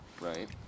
right